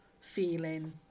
feeling